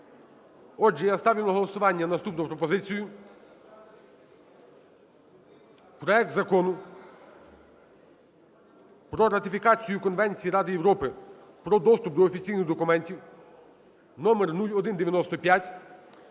Отже, я ставлю на голосування наступну пропозицію: проект Закону про ратифікацію Конвенції Ради Європи про доступ до офіційних документів (№ 0195)